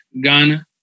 Ghana